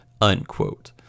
unquote